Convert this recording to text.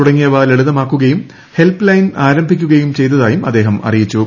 തുടങ്ങിയവ ലളിതമാക്കുകയും help line ആരംഭിക്കുകയും ചെയ്തതായും അദ്ദേഹം അറിയിച്ചു